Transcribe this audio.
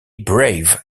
braves